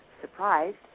surprised